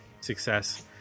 success